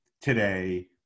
today